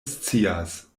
scias